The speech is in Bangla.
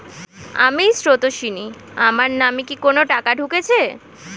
আমি স্রোতস্বিনী, আমার নামে কি কোনো টাকা ঢুকেছে?